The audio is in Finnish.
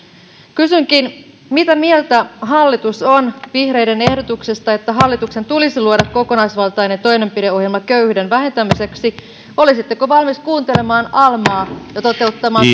kysynkin mitä mieltä hallitus on vihreiden ehdotuksesta että hallituksen tulisi luoda kokonaisvaltainen toimenpideohjelma köyhyyden vähentämiseksi olisitteko valmis kuuntelemaan almaa ja toteuttamaan